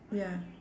ya